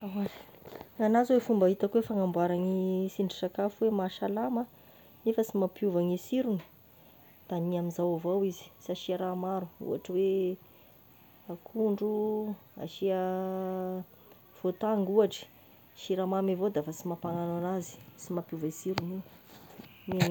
Gn'agnahy zao ny fomba hitako hoe fagnamboaragny sindrisakafo hoe mahasalama nefa sy mampiova gne sirony, da hagny amin'izao avao izy sy hasia raha maro, ohatry hoe akondro, asia voatango ohatry, siramamy avao defa sy mampagnano anazy sy mampiova e sirogny io.